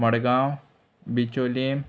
Madgaon Bicholim